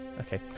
Okay